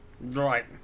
Right